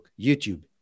YouTube